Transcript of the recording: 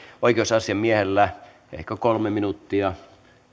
oikeusasiamiehellä ehkä kolme minuuttia